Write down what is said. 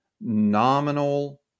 nominal